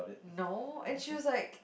no and she was like